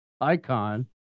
Icon